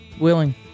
willing